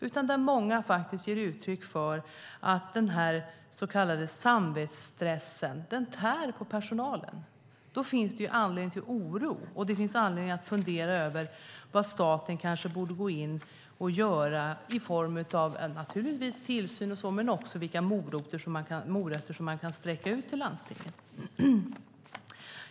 Många ger faktiskt uttryck för att den så kallade samvetsstressen tär på personalen. Då finns det anledning till oro, och det finns anledning att fundera över vad staten borde göra i form av naturligtvis tillsyn men också vilka morötter som man kan sträcka ut till landstingen.